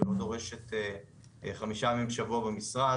עבודה שלא דורשת חמישה ימים בשבוע במשרד,